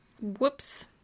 Whoops